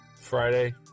Friday